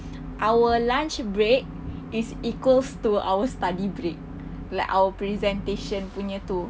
our lunch break is equals to our study break like our presentation punya tu